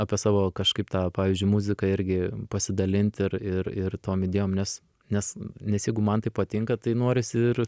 apie savo kažkaip tą pavyzdžiui muziką irgi pasidalint ir ir ir tom idėjom nes nes nes jeigu man tai patinka tai norisi ir